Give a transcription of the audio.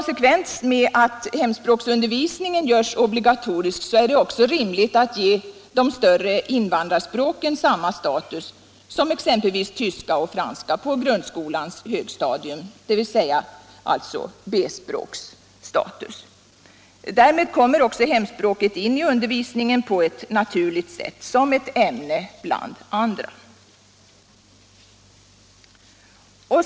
sekvens med att hemspråksundervisningen görs obligatorisk är det också I rimligt att ge de större invandrarspråken samma status som exempelvis Hemspråksundertyska och franska på grundskolans högstadium, dvs. B-språks status. Där — visning för invandmed kommer också hemspråket in i undervisningen på ett naturligt sätt — rarbarn som ett ämne bland andra.